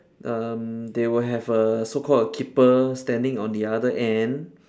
um they will have a so-called a keeper standing on the other end